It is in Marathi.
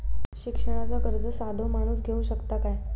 शिक्षणाचा कर्ज साधो माणूस घेऊ शकता काय?